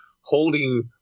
holding